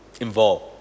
involved